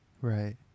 Right